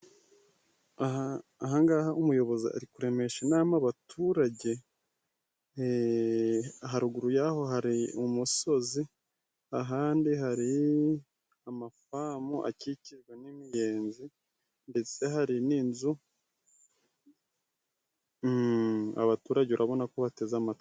Ahangaha umuyobozi ari kuremesha inama abaturage. Haruguru yaho hari umusozi, ahandi hari amafamu akikijwe n'imiyenzi, ndetse hari n'inzu abaturage urabona ko bateze amatwi.